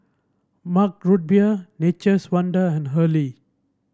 Mug Root Beer Nature's Wonder and Hurley